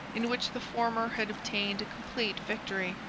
in which the former had obtained a complete victory.